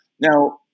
Now